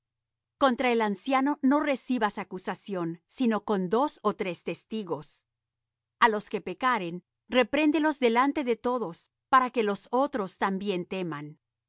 contra el anciano no recibas acusación sino con dos ó tres testigos a los que pecaren repréndelos delante de todos para que los otros también teman